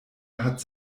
hat